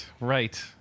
right